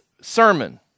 sermon